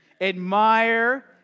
admire